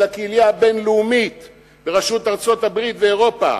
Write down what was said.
הקהילה הבין-לאומית בראשות ארצות-הברית ואירופה,